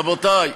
רבותי,